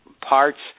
parts